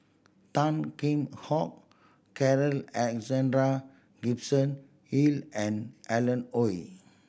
Tan Kheam Hock Carl Alexander Gibson Hill and Alan Oei